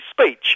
speech